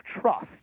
trust